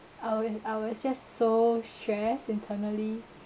I wa~ I was just so stressed internally